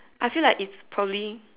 I feel like it's probably